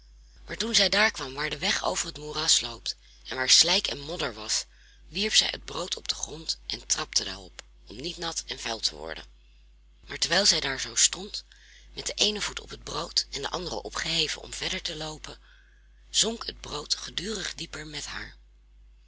maar toen zij daar kwam waar de weg over het moeras loopt en waar slijk en modder was wierp zij het brood op den grond en trapte daarop om niet nat en vuil te worden maar terwijl zij daar zoo stond met den eenen voet op het brood en den anderen opgeheven om verder te loopen zonk het brood gedurig dieper met haar